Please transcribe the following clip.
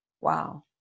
wow